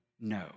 No